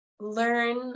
learn